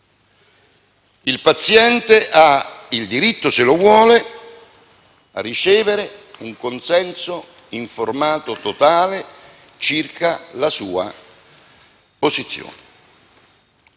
il paziente ha il diritto, se lo vuole, di ricevere un consenso informato totale circa la sua posizione.